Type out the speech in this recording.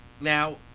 now